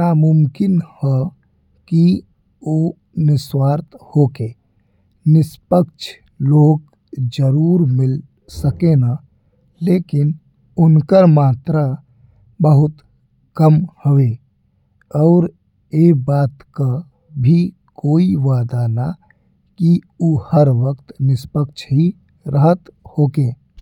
नामुमकिन हा कि ऊ निस्वार्थ होकर निष्पक्ष लोग जरूर मिल सकेला। लेकिन उनका मात्रा बहुत कम हवे और ए बात का भी कोई वादा ना कि ऊ हर वक्त निष्पक्ष ही रहत होके।